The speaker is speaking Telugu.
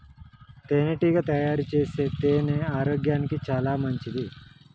తేనెటీగ తయారుచేసే తేనె ఆరోగ్యానికి చాలా మంచిది